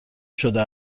شده